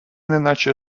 неначе